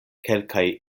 kelkaj